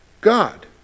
God